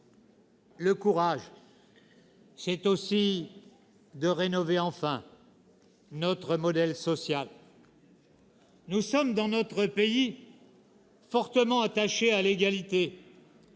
Le courage, c'est aussi de rénover enfin notre modèle social. Nous sommes, dans notre pays, fortement attachés à l'égalité